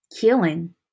healing